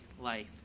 life